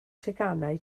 teganau